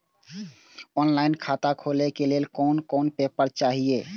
Online खाता खोले के लेल कोन कोन पेपर चाही?